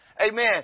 Amen